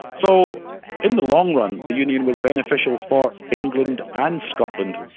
so in the long run, the union was beneficial for england and scotland,